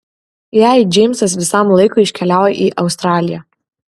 jei džeimsas visam laikui iškeliauja į australiją